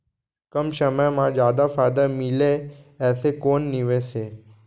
कम समय मा जादा फायदा मिलए ऐसे कोन निवेश हे?